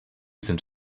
sind